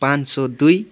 पाँच सौ दुई